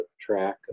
track